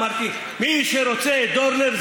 אמרתי: מי שרוצה דורנר,